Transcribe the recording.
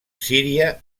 síria